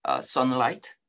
sunlight